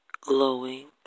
glowing